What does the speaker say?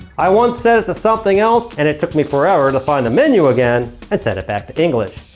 i once set it to something else and it took me forever to find the menu again and set it back to english.